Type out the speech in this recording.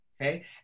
Okay